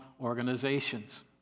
organizations